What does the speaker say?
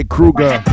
Kruger